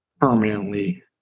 permanently